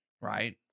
right